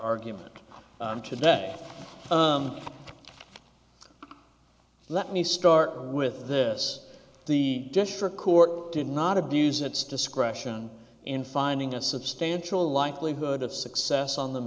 argument today let me start with this the district court did not abuse its discretion in finding a substantial likelihood of success on the